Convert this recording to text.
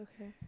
Okay